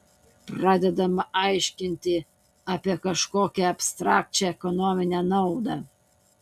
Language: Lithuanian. pradedama aiškinti apie kažkokią abstrakčią ekonominę naudą